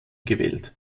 gewählt